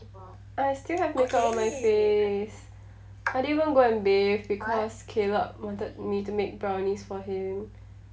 and I still have makeup on my face I didn't even go and bathe because caleb wanted me to make brownies for him